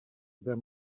there